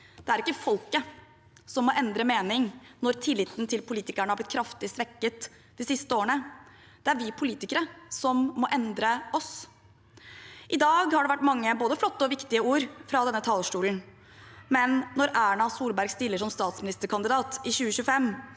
Det er ikke folket som må endre mening når tilliten til politikerne har blitt kraftig svekket de siste årene, det er vi politikere som må endre oss. I dag har det vært mange både flotte og viktige ord fra denne talerstolen, men når Erna Solberg stiller som statsministerkandidat i 2025,